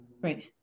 Right